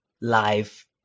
life